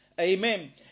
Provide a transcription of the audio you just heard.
amen